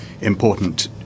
important